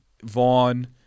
Vaughn